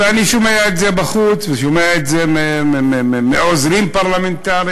ואני שומע את זה בחוץ ושומע את זה מעוזרים פרלמנטריים,